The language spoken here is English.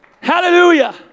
hallelujah